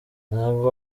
ntabwo